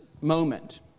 moment